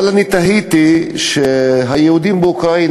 אבל תהיתי על זה שהיהודים באוקראינה,